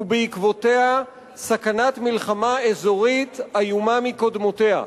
ובעקבותיה סכנת מלחמה אזורית איומה מקודמותיה.